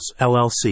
LLC